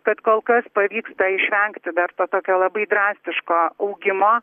kad kol kas pavyksta išvengti dar tokio labai drastiško augimo